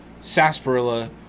sarsaparilla